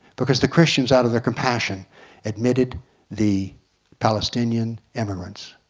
because the christians out of their compassion admitted the palestinian immigrants.